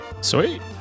Sweet